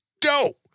Dope